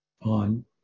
on